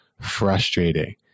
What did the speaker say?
frustrating